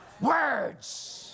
words